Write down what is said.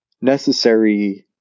necessary